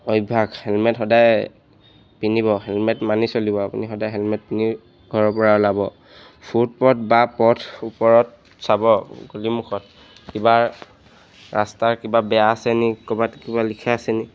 অভ্যাস হেলমেট সদায় পিন্ধিব হেলমেট মানি চলিব আপুনি সদায় হেলমেট পিন্ধি ঘৰৰ পৰা ওলাব ফুটপথ বা পথৰ ওপৰত চাব গলি মুখত কিবা ৰাস্তাৰ কিবা বেয়া আছেনি ক'ৰবাত কিবা লিখা আছেনি